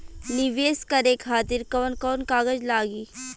नीवेश करे खातिर कवन कवन कागज लागि?